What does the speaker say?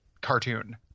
cartoon